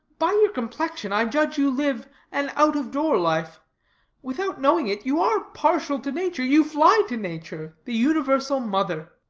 by your complexion, i judge you live an out-of-door life without knowing it, you are partial to nature you fly to nature, the universal mother.